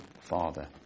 Father